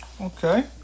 Okay